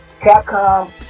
Capcom